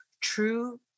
true